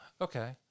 okay